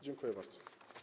Dziękuję bardzo.